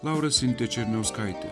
laura sintija černiauskaitė